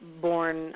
born